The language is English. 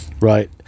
right